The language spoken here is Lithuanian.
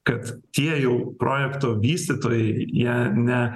kad tie jau projekto vystytojai jie ne